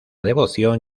devoción